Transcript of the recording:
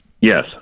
Yes